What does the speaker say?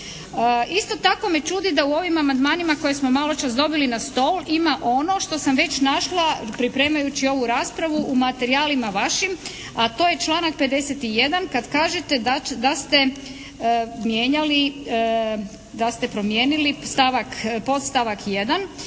Isto tako me čudi da u ovim amandmanima koje smo maločas dobili na stol ima ono što sam već našla pripremajući ovu raspravu u materijalima vašim a to je članak 51. kad kažete da ste mijenjali, da